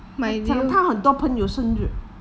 他讲他很多朋友生日